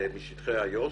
משטחי איו"ש.